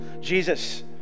Jesus